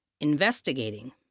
INVESTIGATING